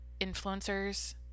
influencers